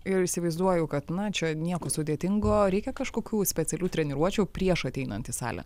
ir įsivaizduoju kad na čia nieko sudėtingo reikia kažkokių specialių treniruočių prieš ateinant į salę